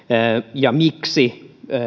ja miksi